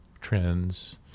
trends